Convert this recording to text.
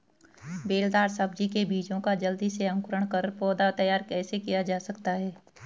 बेलदार सब्जी के बीजों का जल्दी से अंकुरण कर पौधा तैयार कैसे किया जा सकता है?